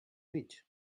beach